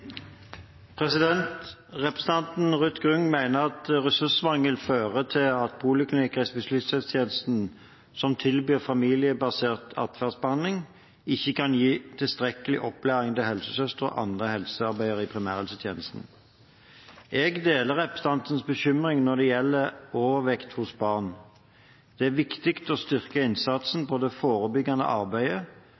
Representanten Ruth Grung mener at ressursmangel fører til at poliklinikker i spesialisthelsetjenesten som tilbyr familiebasert atferdsbehandling, ikke kan gi tilstrekkelig opplæring til helsesøstre og andre helsearbeidere i primærhelsetjenesten. Jeg deler representantens bekymring når det gjelder overvekt hos barn. Det er viktig å styrke innsatsen på det forebyggende arbeidet,